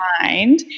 mind